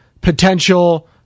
potential